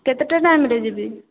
କେତେଟା ଟାଇମ୍ରେ ଯିବି